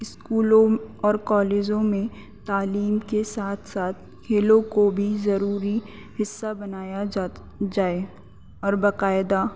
اسکولوں اور کالجوں میں تعلیم کے ساتھ ساتھ کھیلوں کو بھی ضروری حصہ بنایا جاتا جائے اور باقاعدہ